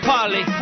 Polly